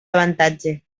avantatge